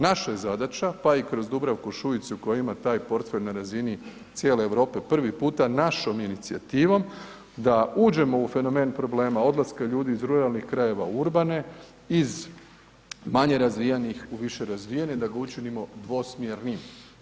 Naša je zadaća, pa i kroz Dubravku Šuicu koja ima taj portfelj na razini cijele Europe prvi puta našom inicijativom da uđemo u fenomen problema odlaska ljudi iz ruralnih krajeva u urbane iz manje razvijenih u više razvijene, da ga učinimo dvosmjernim.